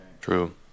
True